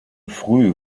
früh